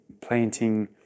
planting